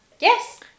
yes